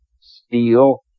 steel